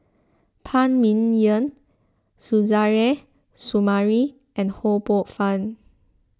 Phan Ming Yen Suzairhe Sumari and Ho Poh Fun